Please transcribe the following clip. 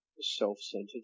self-centered